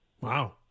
Wow